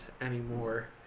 anymore